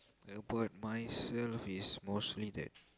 about myself it's mostly that